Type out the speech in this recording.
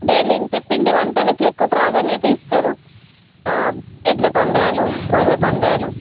daily ఇంతే పిండి వంటలకి ఎక్కువ ప్రాధాన్యత ఇస్తారు ఎడ్ల పందాలు కోళ్ల పందాలు